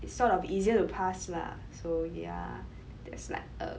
it's sort of easier to pass lah so ya that's like a